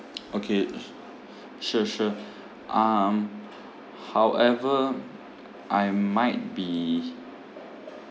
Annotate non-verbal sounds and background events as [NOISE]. [NOISE] okay sure sure um however I might be